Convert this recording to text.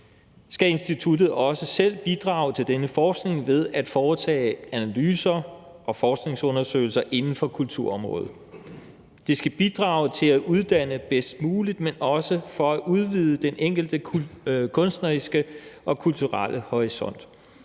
skal instituttet også selv bidrage til denne forskning ved at foretage analyser og forskningsundersøgelser inden for kulturområdet. Det skal bidrage til at uddanne folk bedst muligt, men også til at udvide den enkeltes kunstneriske og kulturelle horisont.